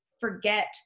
forget